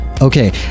okay